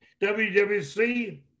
WWC